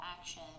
action